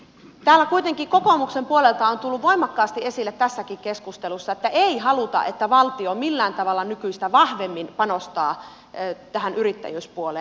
täällä kuitenkin kokoomuksen puolelta on tullut voimakkaasti esille tässäkin keskustelussa että ei haluta että valtio millään tavalla nykyistä vahvemmin panostaa tähän yrittäjyyspuoleen